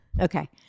Okay